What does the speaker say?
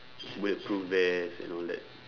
bulletproof vest and all that